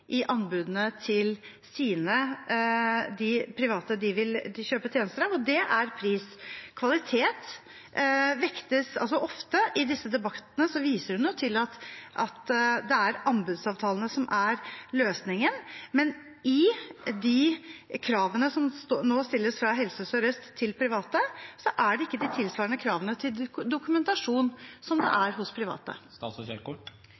i anbudene til de private de vil kjøpe tjenester av, og det er pris. Ofte i disse debattene viser statsråden til at det er anbudsavtalene som er løsningen, men i de kravene som nå stilles fra Helse Sør-Øst til private, er det ikke tilsvarende krav til dokumentasjon som det